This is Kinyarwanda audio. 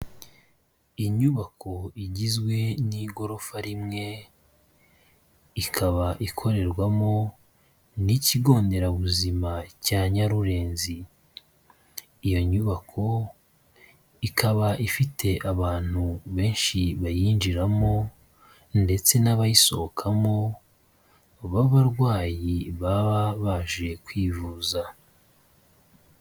Inyubako igizwe n'igorofa rimwe, ikaba ikorerwamo n'Ikigo nderabuzima cya Nyarurenzi, iyo nyubako ikaba ifite abantu benshi bayinjiramo ndetse n'abayisohokamo b'abarwayi baba baje kwivuza.